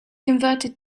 converted